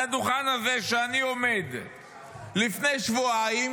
על הדוכן הזה שאני עומד לפני שבועיים